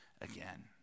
again